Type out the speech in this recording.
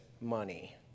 money